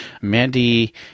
Mandy